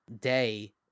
day